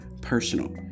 personal